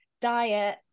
diet